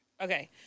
Okay